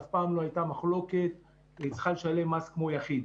אף פעם לא הייתה מחלוקת על כך והיא צריכה לשלם מס כמו יחיד.